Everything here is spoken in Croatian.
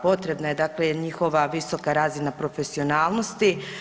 Potrebna je dakle njihova visoka razina profesionalnosti.